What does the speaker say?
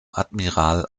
admiral